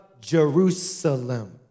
Jerusalem